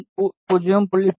நாம் 0